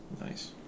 Nice